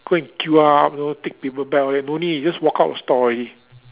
go and queue up you know take paper bag all that no need just walk out of store already